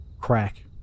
crack